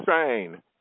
insane